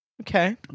Okay